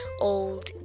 old